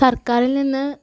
സർക്കാറിൽ നിന്ന്